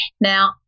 Now